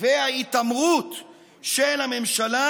וההתעמרות של הממשלה,